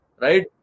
right